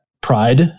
pride